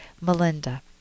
Melinda